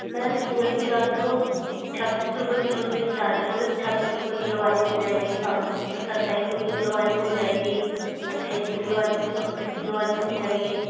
ma'am तुअर की दाल तो छब्बीस सौ रुपए किलो से इस्टार्ट है मतलब छब्बीस रुपए किलो वाली भी मिल जाएगी सात सत्ताईस रुपए किलो वाली मिल जाएगी अट्ठाईस रुपए वाली किलो किलो वाली मिल जाएगी